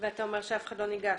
אתה אומר שאף אחד לא ניגש.